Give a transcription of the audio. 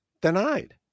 Denied